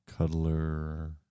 cuddler